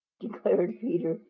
declared peter,